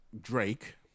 Drake